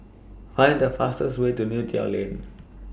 Find The fastest Way to Neo Tiew Lane